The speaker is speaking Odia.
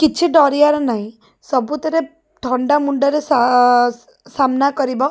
କିଛି ଡରିବାର ନାହିଁ ସବୁଥିରେ ଥଣ୍ଡା ମୁଣ୍ଡରେ ସାମ୍ନା କରିବ